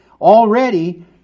Already